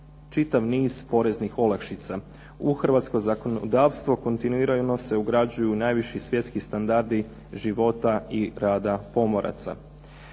čitav niz poreznih olakšica. U hrvatsko zakonodavstvo kontinuirano se ugrađuju najviši svjetski standardi života i rada pomoraca.